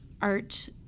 art